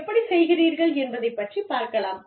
எப்படிச் செய்கிறீர்கள் என்பதைப் பற்றிப் பார்க்கலாம்